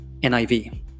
NIV